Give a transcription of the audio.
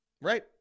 Right